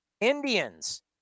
Indians